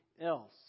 else